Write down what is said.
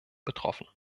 betroffen